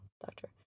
doctor